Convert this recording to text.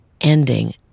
ending